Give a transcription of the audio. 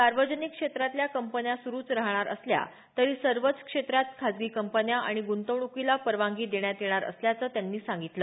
सार्वजनिक क्षेत्रातल्या कंपन्या सुरूच राहणार असल्या तरी सर्वच क्षेत्रात खासगी कंपन्या आणि गूंतवणूकीला परवानगी देण्यात येणार असल्याचं त्यांनी सांगितलं